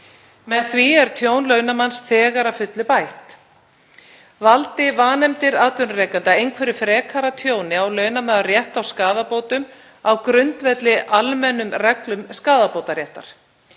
Með því er tjón launamanns þegar að fullu bætt. Valdi vanefndir atvinnurekanda einhverju frekara tjóni á launamaður rétt á skaðabótum á grundvelli almennra reglna skaðabótaréttar.